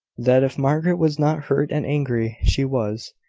that if margaret was not hurt and angry, she was.